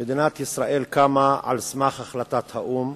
מדינת ישראל קמה על סמך החלטת האו"ם.